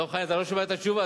דב חנין, אתה לא שומע את התשובה.